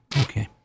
Okay